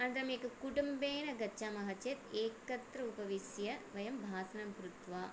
अनन्तरम् एकं कुटुम्बेन गच्छामः चेत् एकत्र उपविश्य वयं भाषणं कृत्वा